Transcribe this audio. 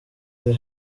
ari